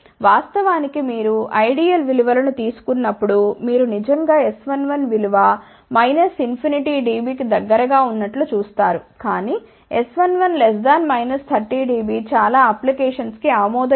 వాస్తవానికి మీరు ఐడియల్ విలు వలను తీసుకున్నప్పుడు మీరు నిజంగా S11విలువ ∞ dB కి దగ్గరగా ఉన్నట్లు చూస్తారు కాని S11 30 dB చాలా అప్లికేషన్స్ కి ఆమోదయోగ్యమైనది